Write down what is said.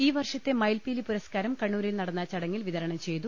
ഈ വർഷത്തെ മയിൽപ്പീലി പുരസ്കാരം കണ്ണൂരിൽ നടന്ന ചടങ്ങിൽ വിതരണം ചെയ്തു